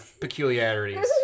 peculiarities